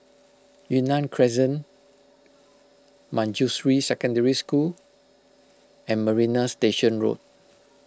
Yunnan Crescent Manjusri Secondary School and Marina Station Road